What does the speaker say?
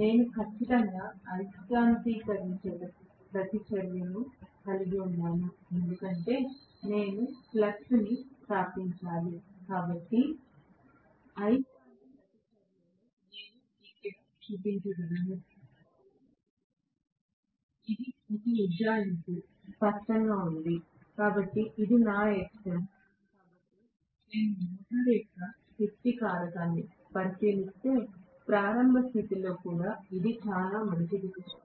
నేను ఖచ్చితంగా అయస్కాంతీకరించే ప్రతిచర్యను కలిగి ఉన్నాను ఎందుకంటే నేను ఫ్లక్స్ను స్థాపించాలి కాబట్టి అయస్కాంత ప్రతిచర్య నేను ఇక్కడ చూపించగలను ఇది ఒక ఉజ్జాయింపు స్పష్టంగా ఉంది కాబట్టి ఇది నా Xm కాబట్టి నేను మోటారు యొక్క శక్తి కారకాన్ని పరిశీలిస్తే ప్రారంభ స్థితిలో కూడా ఇది చాలా మంచిది కాదు